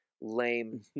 lame